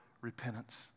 repentance